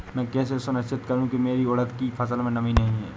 मैं कैसे सुनिश्चित करूँ की मेरी उड़द की फसल में नमी नहीं है?